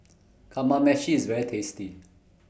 Kamameshi IS very tasty